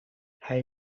hij